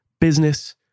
business